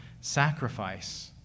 sacrifice